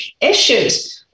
issues